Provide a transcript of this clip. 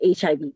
HIV